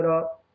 up